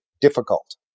difficult